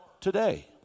today